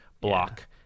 block